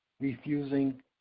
refusing